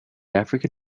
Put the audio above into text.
african